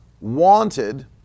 wanted